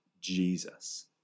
Jesus